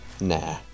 nah